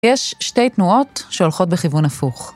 יש שתי תנועות שהולכות בכיוון הפוך.